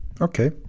Okay